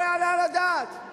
לא יעלה על הדעת.